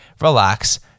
relax